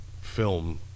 film